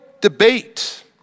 debate